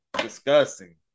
disgusting